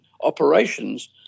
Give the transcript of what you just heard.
operations